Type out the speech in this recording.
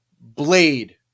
Blade